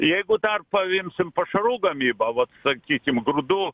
jeigu dar paimsim pašarų gamybą vat sakykim grūdų